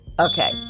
Okay